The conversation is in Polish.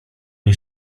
nie